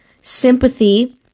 sympathy